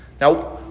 Now